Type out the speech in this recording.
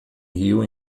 rio